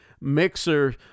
Mixer